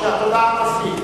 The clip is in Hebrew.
אפשר לשאול.